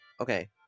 Okay